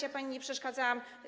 Ja pani nie przeszkadzałam.